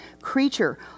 creature